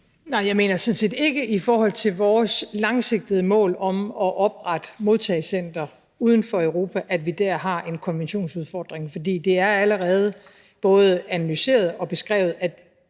Jeg mener det sådan set ikke i forhold til vores langsigtede mål om at oprette modtagecentre uden for Europa, altså at vi der har en konventionsudfordring. For det er allerede både analyseret og beskrevet,